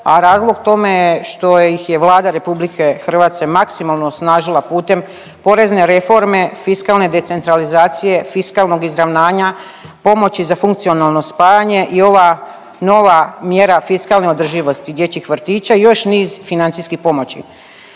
a razlog tome je što ih je Vlada RH maksimalno osnažila putem porezne reforme, fiskalne decentralizacije, fiskalnog izravnanja, pomoći za funkcionalno spajanje i ova nova mjera fiskalne održivosti dječjih vrtića i još niz financijskih pomoći.